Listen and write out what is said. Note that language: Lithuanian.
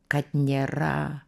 kad nėra